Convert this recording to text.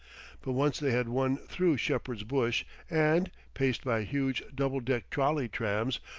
but once they had won through shepherd's bush and, paced by huge doubledeck trolley trams,